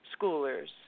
schoolers